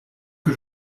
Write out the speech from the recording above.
que